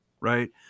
right